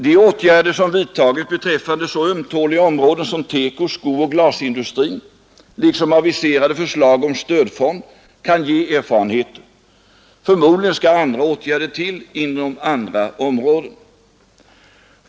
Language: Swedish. De åtgärder som vidtagits beträffande så ömtåliga områden som TEKO-, skooch glasindustrin liksom aviserade förslag om stödfond kan ge erfarenheter. Förmodligen skall andra åtgärder till inom andra områden.